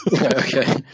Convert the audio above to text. Okay